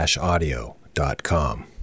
audio.com